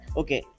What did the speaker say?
okay